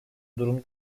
durum